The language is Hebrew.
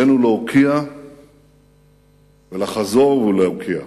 עלינו להוקיע ולחזור ולהוקיע